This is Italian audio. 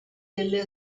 delle